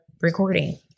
recording